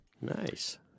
Nice